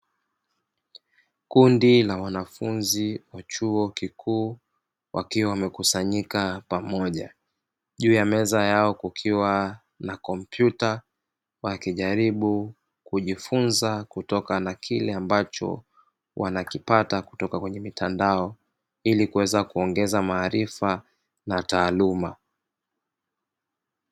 Kundi la wanafunzi wa chuo kikuu wakiwa wamekusanyika pamoja juu ya meza yao kukiwa na kompyuta, wakijaribu kujifunza kutoka na kile ambacho wanakipata kutoka kwenye mitandao ili kuweza kuongeza maarifa na taaluma.